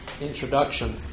introduction